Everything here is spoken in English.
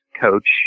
coach